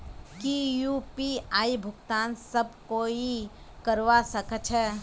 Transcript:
की यु.पी.आई भुगतान सब कोई ई करवा सकछै?